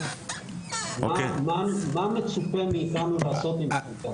מה מצופה מאתנו לעשות עם זה?